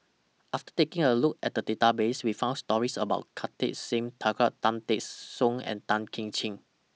after taking A Look At The Database We found stories about Kartar Singh Thakral Tan Teck Soon and Tan Kim Ching